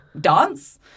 dance